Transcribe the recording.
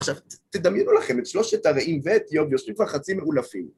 עכשיו, תדמיינו לכם את שלושת הרעים ואת איוב יושבים כבר חצי מעולפים.